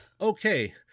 Okay